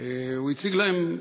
והציג להם,